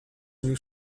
nous